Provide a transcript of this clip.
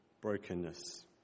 brokenness